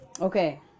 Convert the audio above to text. Okay